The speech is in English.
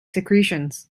secretions